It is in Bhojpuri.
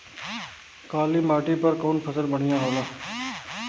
काली माटी पर कउन फसल बढ़िया होला?